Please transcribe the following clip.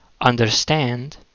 understand